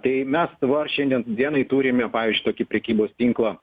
tai mes va šiandien dienai turime pavyzdžiui tokį prekybos tinklą